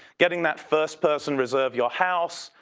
getting that first person reserve your house.